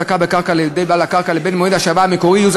תסביר, ותהיה אחראי.